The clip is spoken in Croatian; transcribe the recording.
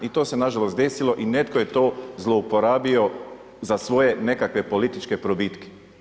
I to se nažalost desilo i netko je to zlouporabio za svoje nekakve političke probitke.